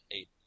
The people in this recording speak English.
eight